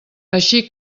així